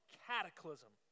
cataclysm